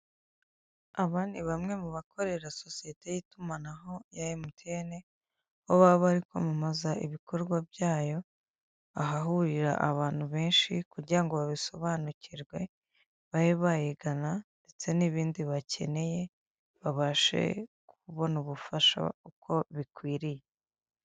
Aba ni bamwe mubakorera sosiyete y'itumanaho ya emutiyeni aho baba bari kwamamaza ibikorwa byayo ahahurira abantu benshi kugira ngo babisobanukirwe babe bayigana ndetse n'ibindi bakeneye babashe kubona ubufasha uko bikwiriye.